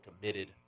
committed